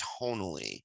tonally